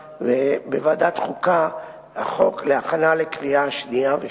בוועדת החוקה החוק להכנה לקריאה שנייה ושלישית,